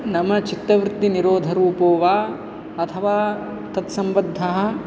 नाम चित्तवृत्तिनिरोधरूपो वा अथवा तत्सम्बद्धाः